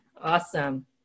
Awesome